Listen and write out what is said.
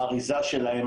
באריזה שלהם,